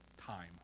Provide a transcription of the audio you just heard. time